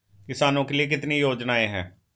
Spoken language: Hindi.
किसानों के लिए कितनी योजनाएं हैं?